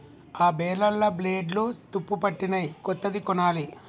ఆ బేలర్ల బ్లేడ్లు తుప్పుపట్టినయ్, కొత్తది కొనాలి